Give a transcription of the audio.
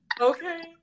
Okay